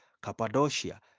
Cappadocia